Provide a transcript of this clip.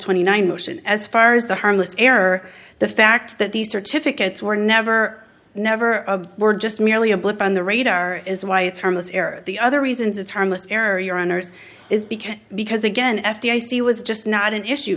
twenty nine motion as far as the harmless error the fact that these certificates were never never of were just merely a blip on the radar is why it's harmless error the other reasons it's harmless error your honour's is because because again f d i c was just not an issue